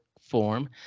form